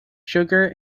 sugar